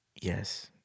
Yes